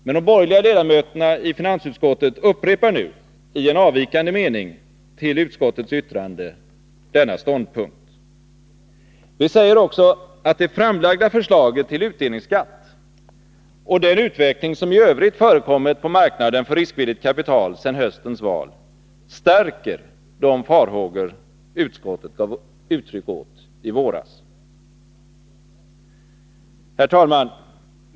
Men de borgerliga ledamöterna i finansutskottet upprepar i en avvikande mening till utskottets yttrande denna ståndpunkt. Vi säger också, att det nu framlagda förslaget till utdelningsskatt, och den utveckling som i övrigt förekommit på marknaden för riskvilligt kapital sedan höstens val, stärker de farhågor utskottet gav uttryck åt i våras. Herr talman!